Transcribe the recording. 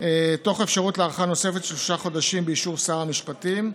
תוך אפשרות להארכה נוספת של שלושה חודשים באישור שר המשפטים.